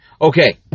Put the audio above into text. Okay